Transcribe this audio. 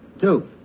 Two